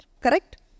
Correct